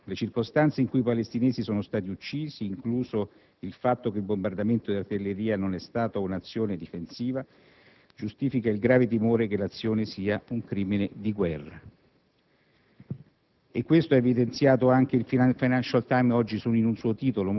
quindi non qualche estremista di sinistra italiano. Le circostanze in cui i palestinesi sono stati uccisi, incluso il fatto che il bombardamento di artiglieria non è stato un'azione difensiva, giustifica il grave timore che l'azione sia un crimine di guerra,